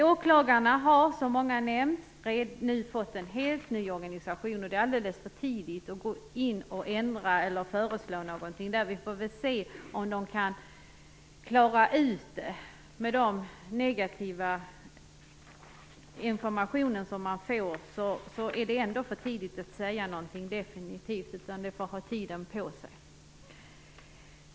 Åklagarna har, som många har nämnt, nu fått en helt ny organisation. Det är alldeles för tidigt att gå in och ändra eller föreslå något där. Vi får väl se om de kan klara ut detta. Det är för tidigt att säga något definitivt, trots den negativa information som har kommit. Vi får ge det litet tid. Herr talman!